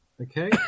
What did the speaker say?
Okay